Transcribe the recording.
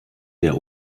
der